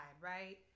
right